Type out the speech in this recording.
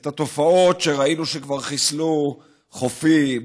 את התופעות שראינו שכבר חיסלו חופים,